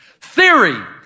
Theory